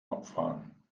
abfahren